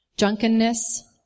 drunkenness